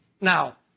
Now